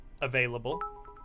available